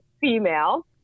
female